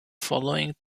following